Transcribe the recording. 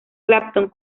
clapton